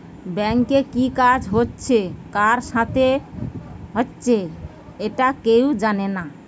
ব্যাংকে কি কাজ হচ্ছে কার সাথে হচ্চে একটা কেউ জানে না